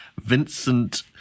Vincent